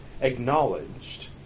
acknowledged